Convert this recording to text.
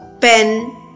pen